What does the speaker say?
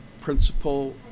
principal